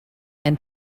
and